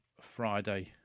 Friday